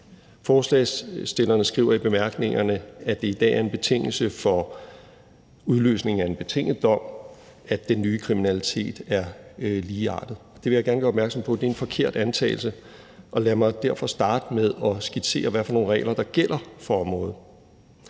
Forslagsstillerne skriver i bemærkningerne, at det i dag er en betingelse for udløsning af en betinget dom, at den nye kriminalitet er ligeartet. Jeg vil gerne gøre opmærksom på, at det er en forkert antagelse. Og lad mig derfor starte med at skitsere, hvilke regler der gælder for området.